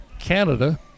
Canada